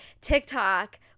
TikTok